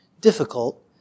difficult